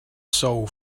soul